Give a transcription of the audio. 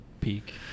peak